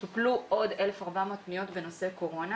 טופלו עוד 1,400 פניות בנושא קורונה.